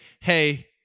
hey